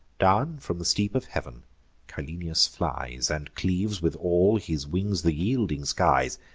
down from the steep of heav'n cyllenius flies, and cleaves with all his wings the yielding skies.